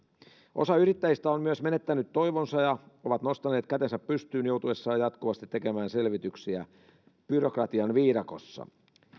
osa yrittäjistä on myös menettänyt toivonsa ja nostanut kätensä pystyyn joutuessaan jatkuvasti tekemään selvityksiä byrokratian viidakossa